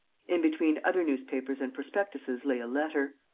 in between other newspapers and prospectuses lay a letter.